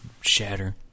shatter